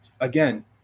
again